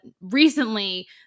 recently